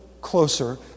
closer